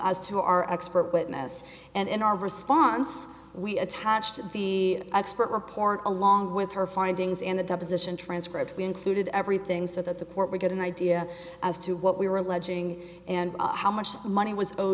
our expert witness and in our response we attached to the expert report along with her findings in the deposition transcript we included everything so that the court we get an idea as to what we were alleging and how much money was o